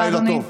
לילה טוב.